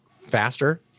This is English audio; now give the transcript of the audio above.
faster